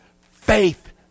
Faith